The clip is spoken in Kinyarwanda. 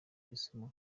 kisumu